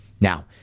Now